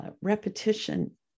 repetition